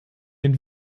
den